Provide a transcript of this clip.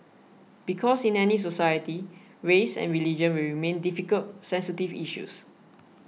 because in any society race and religion will remain difficult sensitive issues